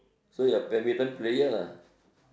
so you're badminton player lah